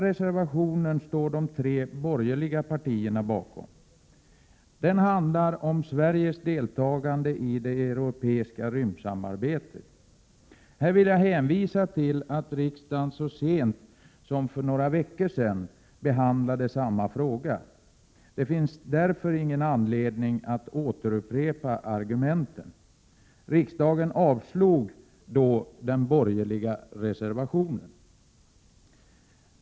Reservation 1 står de tre borgerliga partierna bakom. Den handlar om Sveriges deltagande i det europeiska rymdsamarbetet. Jag vill hänvisa till att riksdagen så sent som för några veckor sedan behandlade samma fråga. Det finns därför ingen anledning att upprepa argumenten. Riksdagen avslog vid det tidigare tillfället den borgerliga reservationen.